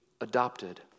adopted